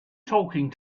talking